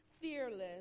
fearless